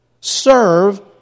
serve